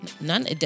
none